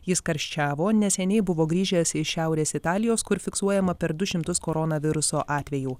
jis karščiavo neseniai buvo grįžęs iš šiaurės italijos kur fiksuojama per du šimtus koronaviruso atvejų